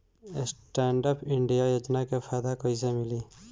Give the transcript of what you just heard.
Stand up India योजना के फायदा कैसे मिली?